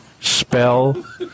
Spell